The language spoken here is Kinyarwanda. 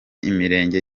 imirenge